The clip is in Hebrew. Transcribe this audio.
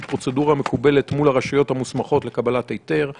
בפרוצדורה המקובלת מול הרשויות המוסמכות לקבלת היתר;